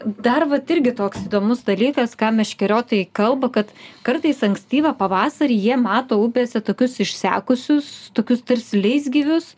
dar vat irgi toks įdomus dalykas ką meškeriotojai kalba kad kartais ankstyvą pavasarį jie mato upėse tokius išsekusius tokius tarsi leisgyvius